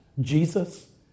Jesus